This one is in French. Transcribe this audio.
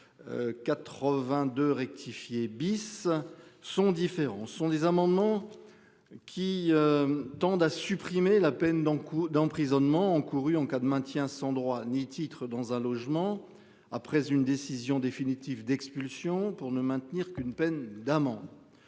Les 2 amendements 34 et. 82 rectifié bis sont différents. Ce sont des amendements. Qui. Tendent à supprimer la peine d'un coup d'emprisonnement encourues en cas de maintien sans droit ni titre dans un logement après une décision définitive d'expulsion pour ne maintenir qu'une peine d'amende.